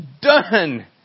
done